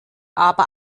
aber